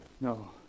No